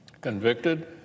convicted